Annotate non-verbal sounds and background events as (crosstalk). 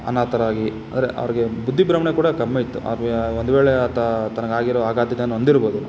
ಅನಾಥರಾಗಿ ಅಂದರೆ ಅವ್ರಿಗೆ ಬುದ್ಧಿಭ್ರಮಣೆ ಕೂಡ ಕಮ್ಮಿ ಇತ್ತು (unintelligible) ಒಂದು ವೇಳೆ ಆತ ತನಗೆ ಆಗಿರೋ ಆಘಾತದಿಂದ ನೊಂದಿರ್ಬೋದು